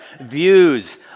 views